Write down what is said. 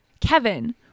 Kevin